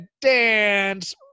dance